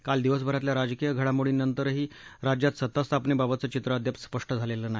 काल दिवसभरातल्या राजकीय घडामोडींनंतरही राज्यात सत्ता स्थापनेबाबतचं चित्र अद्याप स्पष्ट झालेलं नाही